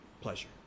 pleasure